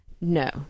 no